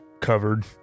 covered